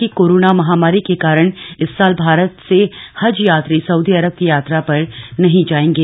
कि कोरोना महामारी के कारण इस साल भारत से हज यात्री सउदी अरब की यात्रा पर नहीं जाएंगे